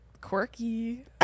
Quirky